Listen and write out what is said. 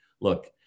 look